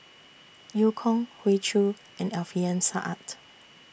EU Kong Hoey Choo and Alfian Sa'at